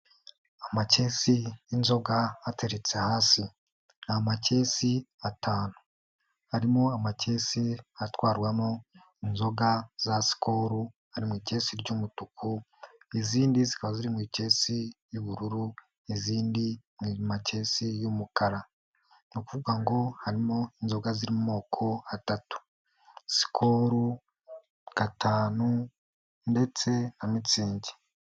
Amakesi y'inzoga bateretse hasi, ni makesi atanu, harimo amakesi atwarwamo inzoga za Skol ari mu ikesi ry'umutuku, izindi zikaba ziri mu ikesi y'ubururu n'izindi mu makesi y'umukara, ni ukuvuga ngo harimo inzoga ziri mu moko atatu: Skol, Gatanu ndetse na Mitsingi.